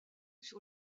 sur